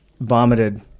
vomited